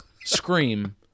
scream